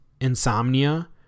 insomnia